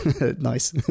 nice